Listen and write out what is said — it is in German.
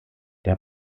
der